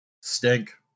Stink